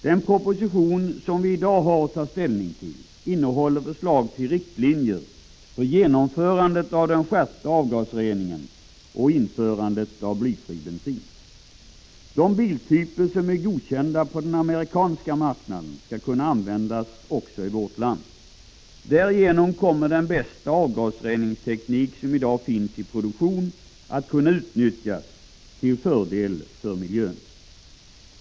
Den proposition som vi i dag har att ta ställning till innehåller förslag till riktlinjer för genomförandet av den skärpta avgasreningen och införandet av blyfri bensin. De biltyper som är godkända på den amerikanska marknaden skall kunna användas också i vårt land. Därigenom kommer den bästa avgasreningsteknik som i dag finns i produktion att kunna utnyttjas till fördel för vår miljö.